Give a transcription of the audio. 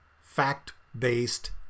fact-based